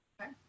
Okay